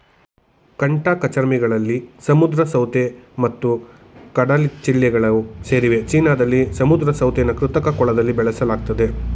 ಕಂಟಕಚರ್ಮಿಗಳಲ್ಲಿ ಸಮುದ್ರ ಸೌತೆ ಮತ್ತು ಕಡಲಚಿಳ್ಳೆಗಳು ಸೇರಿವೆ ಚೀನಾದಲ್ಲಿ ಸಮುದ್ರ ಸೌತೆನ ಕೃತಕ ಕೊಳದಲ್ಲಿ ಬೆಳೆಸಲಾಗ್ತದೆ